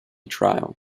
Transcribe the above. trial